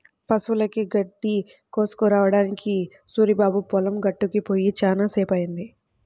పశువులకి గడ్డి కోసుకురావడానికి సూరిబాబు పొలం గట్టుకి పొయ్యి చాలా సేపయ్యింది